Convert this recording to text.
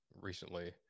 recently